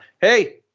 Hey